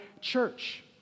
church